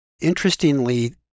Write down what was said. interestingly